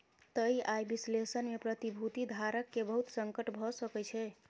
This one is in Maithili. तय आय विश्लेषण में प्रतिभूति धारक के बहुत संकट भ सकै छै